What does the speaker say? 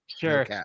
Sure